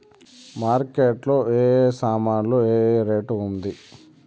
Market లో ఏ ఏ సామాన్లు ఏ ఏ రేటు ఉంది?